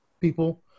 people